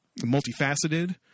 multifaceted